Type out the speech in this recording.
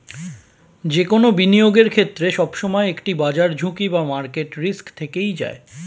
যে কোনো বিনিয়োগের ক্ষেত্রে, সবসময় একটি বাজার ঝুঁকি বা মার্কেট রিস্ক থেকেই যায়